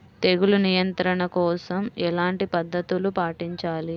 తెగులు నియంత్రణ కోసం ఎలాంటి పద్ధతులు పాటించాలి?